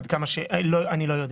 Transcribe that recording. אני לא יודע,